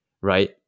right